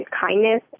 kindness